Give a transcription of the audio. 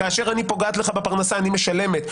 כאשר אני פוגעת לך בפרנסה אני משלמת,